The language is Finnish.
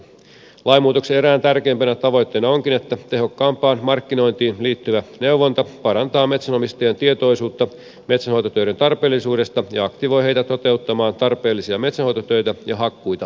lainmuutoksen eräänä tärkeimpänä tavoitteena onkin että tehokkaampaan markkinointiin liittyvä neuvonta parantaa metsänomistajien tietoisuutta metsänhoitotöiden tarpeellisuudesta ja aktivoi heitä toteuttamaan tarpeellisia metsänhoitotöitä ja hakkuita ajallaan